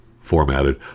formatted